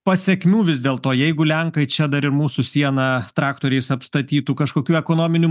pasekmių vis dėlto jeigu lenkai čia dar ir mūsų sieną traktoriais apstatytų kažkokių ekonominių